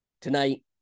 Tonight